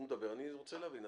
הוא מדבר, אני רוצה להבין.